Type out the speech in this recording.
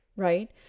right